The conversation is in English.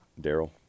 Daryl